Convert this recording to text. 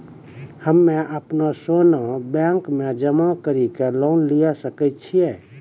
हम्मय अपनो सोना बैंक मे जमा कड़ी के लोन लिये सकय छियै?